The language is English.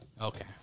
Okay